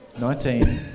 Nineteen